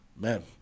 Man